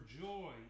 joy